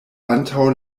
antaŭ